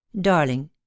Darling